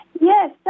Yes